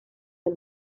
del